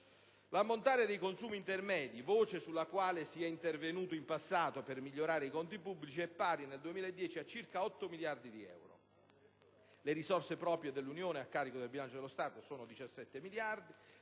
L'ammontare dei consumi intermedi, voce sulla quale si è intervenuti in passato per migliorare i conti pubblici, è pari nel 2010 a circa 8 miliardi di euro. Le risorse proprie dell'Unione europea a carico del bilancio dello Stato sono pari a 17 miliardi